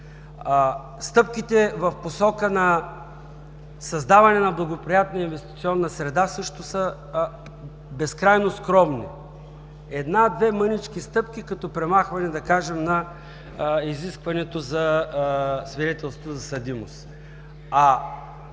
Стъпките в посока на създаване на благоприятна инвестиционна среда също са безкрайно скромни – една, две мънички стъпки, като премахване, да кажем, на изискването за свидетелство за съдимост.